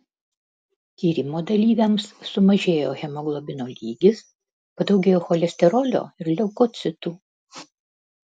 tyrimo dalyviams sumažėjo hemoglobino lygis padaugėjo cholesterolio ir leukocitų